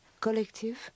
collective